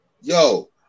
yo